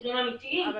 מקרים אמיתיים,